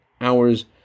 hours